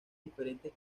diferentes